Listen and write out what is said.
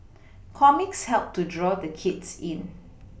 comics help to draw the kids in